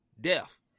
death